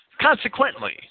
Consequently